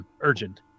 urgent